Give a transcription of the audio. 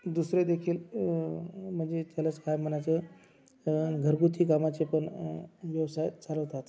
दुसरे देखील मनजे त्यालाच काय मनाचं घरगुती कामाचेपन व्यवसाय चालवतात